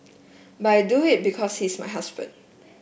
but I do it because he is my husband